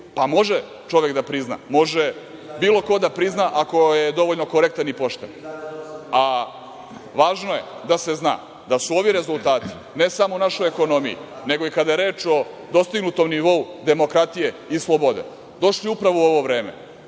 može čovek da prizna, može bilo ko da prizna, ako je dovoljno korektan i pošten, a važno je da se zna da su ovi rezultati ne samo u našoj ekonomiji, nego i kada je reč o dostignutom nivou demokratije i slobode, došli upravo u ovo vreme,